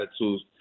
attitudes